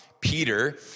Peter